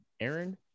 Aaron